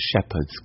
shepherd's